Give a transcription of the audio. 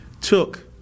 took